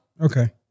Okay